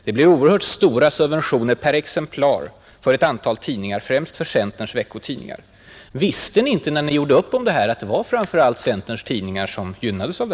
Det blir oerhört stora subventioner per exemplar för ett antal tidningar, främst centerns veckotidningar. Visste ni inte, när ni gjorde upp om detta, att det framför allt var centerns tidningar som gynnades?